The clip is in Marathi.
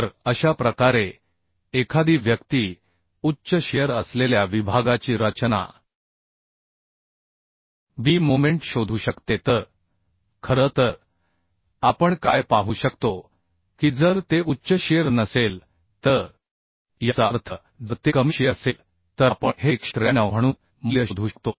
तर अशा प्रकारे एखादी व्यक्ती उच्च शिअर असलेल्या विभागाची रचना बी मोमेंट शोधू शकते तर खरं तर आपण काय पाहू शकतो की जर ते उच्च शिअर नसेल तर याचा अर्थ जर ते कमी शिअर असेल तर आपण हे 193 म्हणून मूल्य शोधू शकतो